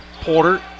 Porter